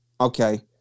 okay